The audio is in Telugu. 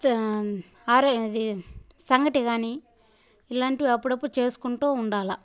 ఆరో అది సంగటి కానీ ఇలాంటివి అప్పుడప్పుడు చేసుకుంటూ ఉండాలి